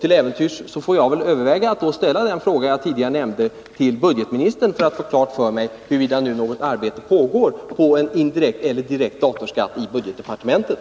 Till äventyrs får jag väl överväga att då ställa den fråga som jag tidigare nämnde till budgetministern för att få klart för mig huruvida nu något arbete pågår i budgetdepartementet för att införa en direkt eller indirekt datorskatt.